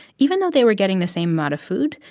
even though they were getting the same amount of food,